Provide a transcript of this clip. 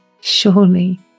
Surely